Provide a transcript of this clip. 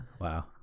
Wow